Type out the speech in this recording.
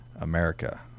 America